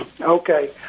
Okay